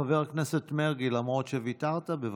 חבר הכנסת מרגי, למרות שוויתרת, בבקשה.